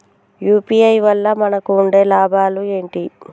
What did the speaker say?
UPI వల్ల మనకు ఉండే లాభాలు ఏంటి?